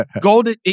golden